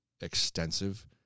extensive